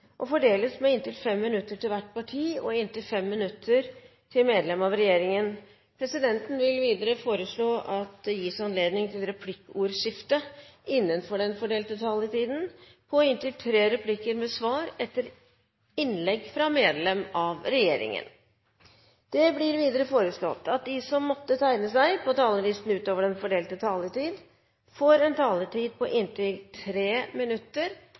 og fordeles med inntil 5 minutter til hvert parti og inntil 5 minutter til medlem av regjeringen. Videre vil presidenten foreslå at det gis anledning til replikkordskifte på inntil tre replikker med svar etter innlegg fra medlem av regjeringen innenfor den fordelte taletid. Videre blir det foreslått at de som måtte tegne seg på talerlisten utover den fordelte taletid, får en taletid på inntil 3 minutter.